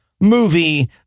movie